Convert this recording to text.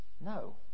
No